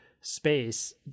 space